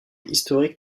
historique